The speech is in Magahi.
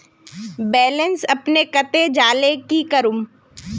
बैलेंस अपने कते जाले की करूम?